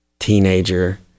teenager